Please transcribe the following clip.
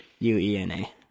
U-E-N-A